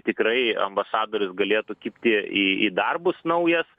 tikrai ambasadorius galėtų kibti į į darbus naujas